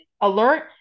alert